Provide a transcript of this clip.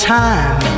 time